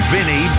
Vinny